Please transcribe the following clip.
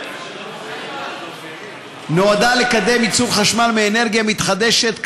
ההצעה נועדה לקדם ייצור חשמל מאנרגיה מתחדשת,